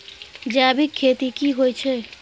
जैविक खेती की होए छै?